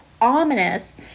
ominous